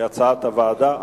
כהצעת הוועדה,